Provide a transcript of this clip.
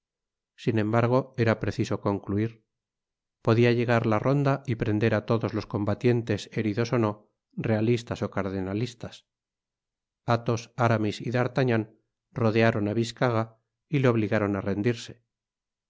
sin embargo era preciso concluir podia llegar la ronda y prender á todos los combatientes heridos ó no realistas ó cardenalistas athos aramis y d'artagnan rodearon á biscarat y le obligaron á rendirse